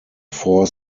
four